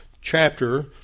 chapter